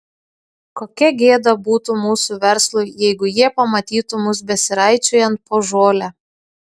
kokia gėda būtų mūsų verslui jeigu jie pamatytų mus besiraičiojant po žolę